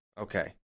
Okay